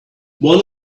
one